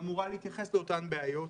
שאמורה להתייחס לאותן בעיות.